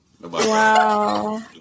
Wow